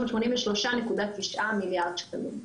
ה-383.9 מיליארד שקלים.